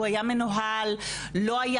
הוא היה מנוהל --- לא,